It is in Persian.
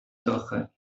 داخل